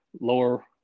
lower